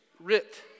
writ